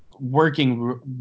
working